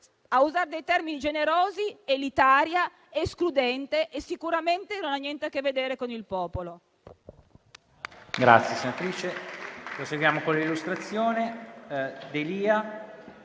a usare termini generosi, è elitaria ed escludente e sicuramente non ha niente a che vedere con il popolo.